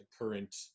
current